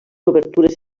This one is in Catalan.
obertures